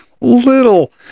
little